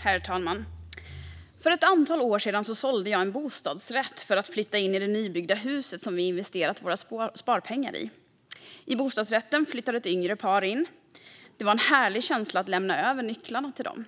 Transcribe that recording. Herr talman! För ett antal år sedan sålde jag en bostadsrätt för att flytta in det nybyggda hus som vi investerat våra sparpengar i. I bostadsrätten flyttade ett yngre par in. Det var en härlig känsla att lämna över nycklarna till dem.